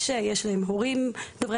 שיש להם הורים דוברי